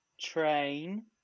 Train